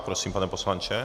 Prosím, pane poslanče.